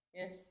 yes